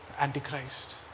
Antichrist